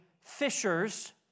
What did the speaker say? fishers